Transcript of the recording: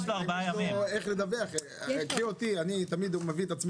קחו אותי, אין לי אתר